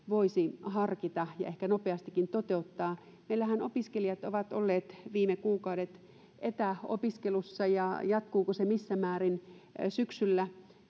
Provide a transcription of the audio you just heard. voisi harkita ja ehkä nopeastikin toteuttaa kun meillähän opiskelijat ovat olleet viime kuukaudet etäopiskelussa ja jatkuuko se missä määrin syksyllä